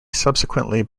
subsequently